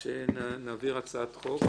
שנעביר הצעת חוק,